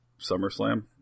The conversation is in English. SummerSlam